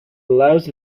allows